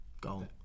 goal